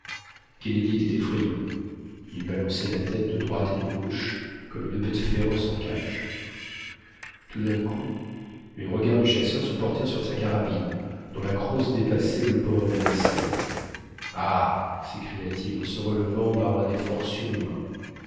kennedy était effrayant il balançait la tête de droite et de gauche comme une bête féroce en cage tout d'un coup les regards du chasseur se portèrent sur sa carabine dont la crosse dépassait le bord de la nacelle ah s'écria-t-il en se relevant par un effort surhumain